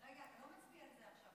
רגע, אתה לא מצביע על זה עכשיו.